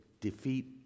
defeat